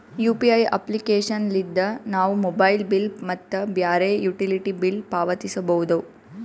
UPI application ಲಿದ್ದ ನಾವು mobile bill ಮತ್ತು ಬ್ಯಾರೆ ಯುಟಿಲಿಟಿ ಬಿಲ್ ಪಾವತಿಸಬೋದು